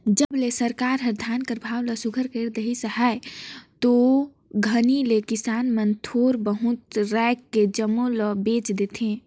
जब ले सरकार हर धान कर भाव ल सुग्घर कइर देहिस अहे ते घनी ले किसान मन थोर बहुत राएख के जम्मो ल बेच देथे